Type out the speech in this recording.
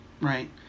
right